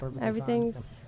everything's